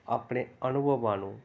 ਆਪਣੇ ਅਨੁਭਵਾਂ ਨੂੰ